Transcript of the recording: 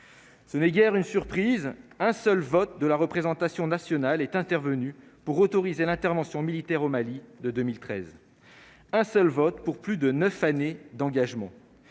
Ce n'est guère une surprise, un seul vote de la représentation nationale est intervenu pour autoriser l'intervention militaire au Mali de 2013, un seul vote pour plus de 9 années d'engagement,